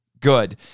Good